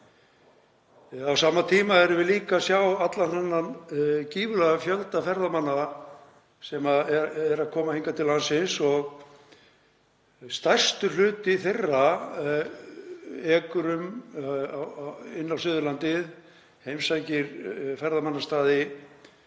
á sama tíma erum við líka að sjá allan þann gífurlega fjölda ferðamanna sem er að koma hingað til landsins en stærstur hluti þeirra ekur inn á Suðurlandið og heimsækir ferðamannastaði